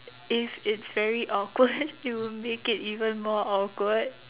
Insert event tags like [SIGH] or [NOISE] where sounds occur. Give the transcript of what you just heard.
if it's very awkward [LAUGHS] you will make it even more awkward